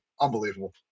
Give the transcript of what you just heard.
Unbelievable